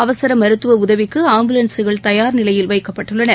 அவசரமருத்துவஉதவிக்குஆம்புலன்கள் தயார் நிலையில் வைக்கப்பட்டுள்ளன